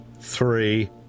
three